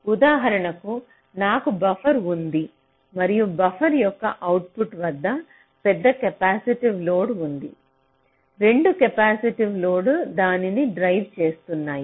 ఉదాహరణకు నాకు బఫర్ ఉంది మరియు బఫర్ యొక్క అవుట్పుట్ వద్ద పెద్ద కెపాసిటివ్ లోడ్ ఉంది 2 కెపాసిటివ్ లోడ్ దానిని డ్రైవ్ చేసేస్తున్నాయి